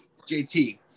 JT